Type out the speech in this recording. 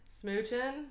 Smooching